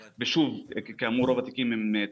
אנחנו עותרים לתקופות משמעותיות של מאסרים בפועל.